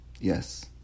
Yes